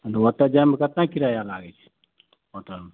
हँ तऽ ओतए जाइमे कतेक किराया लागै छै ओतऽ